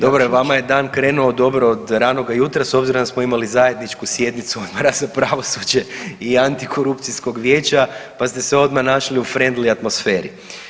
Dobro je vama je dan krenuo dobro od ranoga jutra s obzirom da smo imali zajedničku sjednicu Odbora za pravosuđe i Antikorupcijskog vijeća pa ste se odmah našli u frendli atmosferi.